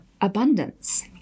abundance